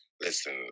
listen